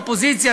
אופוזיציה,